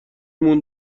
مون